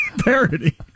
parody